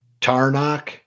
Tarnock